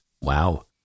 Wow